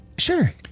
Sure